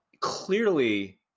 clearly